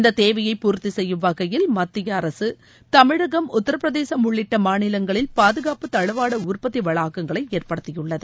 இந்தத் தேவையை பூர்த்தி செய்யும் வகையில் மத்திய அரசு தமிழகம் உத்தரப்பிரதேசம் உள்ளிட்ட மாநிலங்களில் பாதுகாப்புத் தளவாட உற்பத்தி வளாகங்களை ஏற்படுத்தியுள்ளது